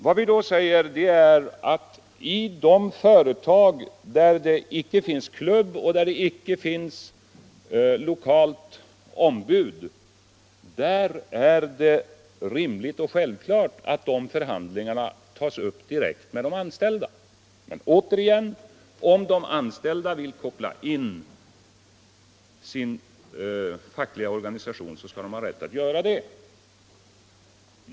Vad vi då säger är att i de företag där det icke finns klubb och där det icke finns lokalt ombud är det rimligt och självklart att förhandlingarna tas upp direkt med de anställda. Men återigen: Om de anställda vill koppla in sin fackliga organisation skall de givetvis ha rätt att göra det.